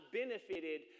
benefited